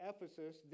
Ephesus